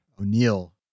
O'Neill